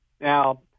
now